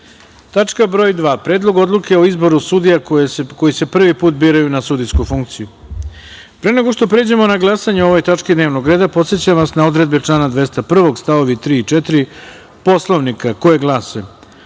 odluke. Tačka 2. Predlog odluke o izboru sudija koji se prvi put biraju na sudijsku funkciju. Pre nego što pređemo na glasanje o ovoj tački dnevnog reda, podsećam vas na odredbe člana 201. st. 3. i 4. Poslovnika, koje glase:„U